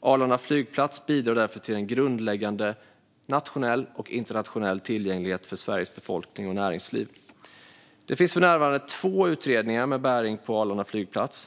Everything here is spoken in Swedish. Arlanda flygplats bidrar därför till en grundläggande nationell och internationell tillgänglighet för Sveriges befolkning och näringsliv. Det finns för närvarande två utredningar med bäring på Arlanda flygplats.